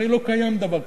הרי לא קיים דבר כזה.